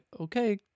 okay